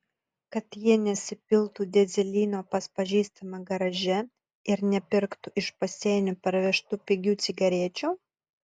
kad jie nesipiltų dyzelino pas pažįstamą garaže ir nepirktų iš pasienio parvežtų pigių cigarečių